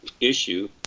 issue